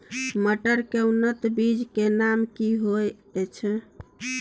मटर के उन्नत बीज के नाम की होयत ऐछ?